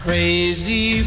Crazy